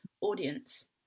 audience